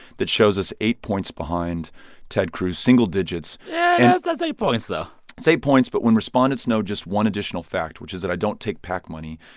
that shows us eight points behind ted cruz single digits yeah, and that's eight points, though it's eight points. but when respondents know just one additional fact, which is that i don't take pac money,